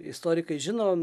istorikai žino